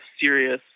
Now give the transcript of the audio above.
serious